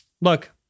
Look